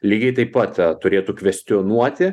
lygiai taip pat a turėtų kvestionuoti